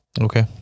Okay